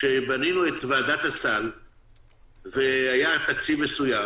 כשבנינו את ועדת הסל והיה תקציב מסוים